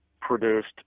produced